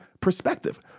perspective